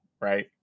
right